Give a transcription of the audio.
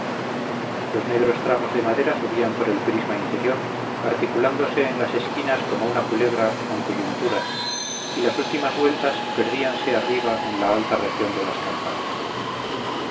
los negros tramos de madera subían por el prisma interior articulándose en las esquinas como una culebra con coyunturas y las últimas vueltas perdíanse arriba en la alta región de las campanas